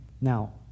Now